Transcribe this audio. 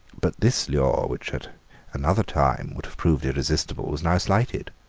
but this lure, which at another time would have proved irresistible, was now slighted.